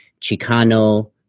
Chicano